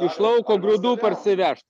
iš lauko grūdų parsivežt